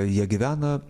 jie gyvena